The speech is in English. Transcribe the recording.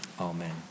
amen